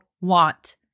want